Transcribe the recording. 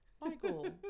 Michael